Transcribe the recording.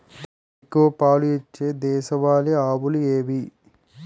ఎక్కువ పాలు ఇచ్చే దేశవాళీ ఆవులు ఏవి?